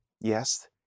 Yes